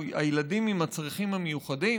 הילדים עם הצרכים המיוחדים.